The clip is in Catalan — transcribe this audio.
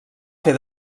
fer